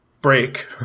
Break